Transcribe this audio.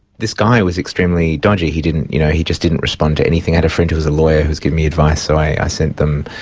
this guy was extremely dodgy, he didn't, you know, he just didn't respond to anything. i had a friend who was a lawyer who was giving me advice, so i sent them,